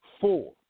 Four